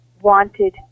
wanted